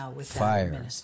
Fire